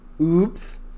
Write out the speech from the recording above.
oops